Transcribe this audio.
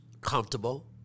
comfortable